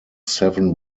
seven